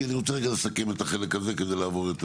כי אני רוצה לסכם את החלק הזה כדי לעבור.